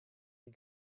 die